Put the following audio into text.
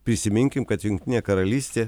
prisiminkim kad jungtinė karalystė